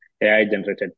AI-generated